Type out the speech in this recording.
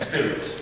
Spirit